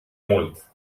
mult